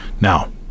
Now